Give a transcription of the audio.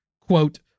quote